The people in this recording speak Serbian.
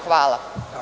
Hvala.